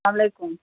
السلام علیکُم